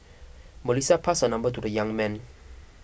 Melissa passed her number to the young man